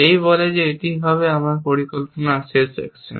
এই বলে যে এটিই হবে আমার পরিকল্পনার শেষ অ্যাকশন